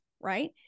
right